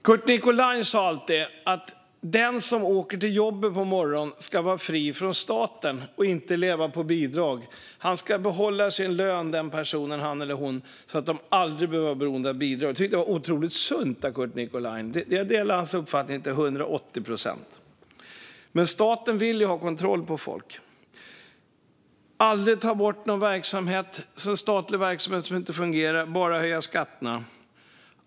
Curt Nicolin sa alltid att den som åker till jobbet på morgonen ska vara fri från staten och inte leva på bidrag - den personen ska behålla sin lön, så att den aldrig behöver vara beroende av bidrag. Det tycker jag var otroligt sunt av Curt Nicolin. Jag delar hans uppfattning till 180 procent. Men staten vill ju ha kontroll på folk. Man vill aldrig ta bort någon statlig verksamhet som inte fungerar utan bara höja skatterna.